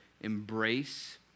embrace